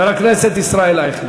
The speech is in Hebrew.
חבר הכנסת ישראל אייכלר.